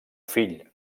fill